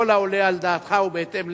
ככל העולה על דעתך ובהתאם